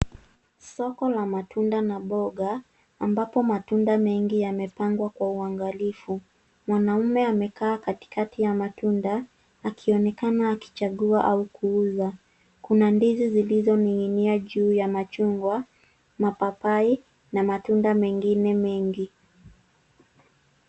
Soko la matunda na mboga ambapo matunda mengi yamepangwa kwa uangalifu. Mwanaumea amekaa katikati ya matunda akionekana akichagua au kuuza. Kuna ndizi zilizoni'nginia juu ya machungwa na papai na matunda mengine mengi.